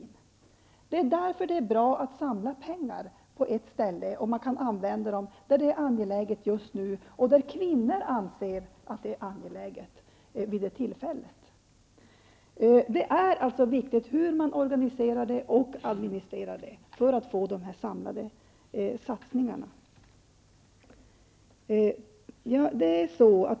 Det är därför bra att samla pengar på ett ställe, så att man kan använda dem där det är angeläget att satsa vid ett visst tillfälle och där kvinnor anser att det är angeläget vid det tillfället. Hur forskningen organiseras och administreras är alltså av stor vikt om dessa samlade satsningar skall kunna genomföras.